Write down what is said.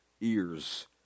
ears